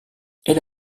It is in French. elle